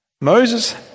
Moses